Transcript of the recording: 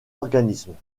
organismes